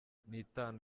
nitanu